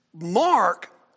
Mark